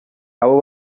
abo